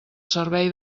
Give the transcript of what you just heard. servei